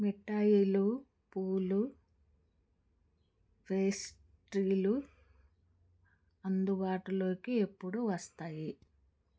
మిఠాయిలు పూలు పేస్ట్రీలు అందుబాటులోకి ఎప్పుడు వస్తాయి